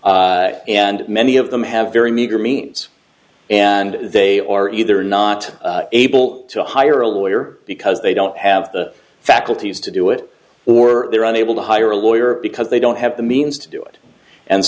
ill and many of them have very meager means and they are either not able to hire a lawyer because they don't have the faculties to do it or they're unable to hire a lawyer because they don't have the means to do it and